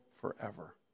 forever